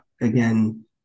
again